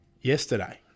yesterday